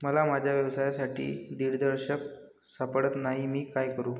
मला माझ्या व्यवसायासाठी दिग्दर्शक सापडत नाही मी काय करू?